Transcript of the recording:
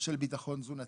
של ביטחון תזונתי.